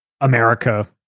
America